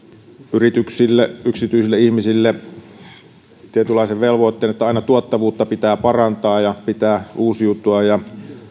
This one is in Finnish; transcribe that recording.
yrityksille yksityisille ihmisille tietynlaisen velvoitteen että aina tuottavuutta pitää parantaa ja pitää uusiutua ja